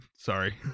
Sorry